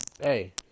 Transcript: hey